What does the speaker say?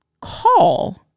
call